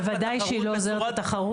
בוודאי שהיא לא עוזרת לתחרות.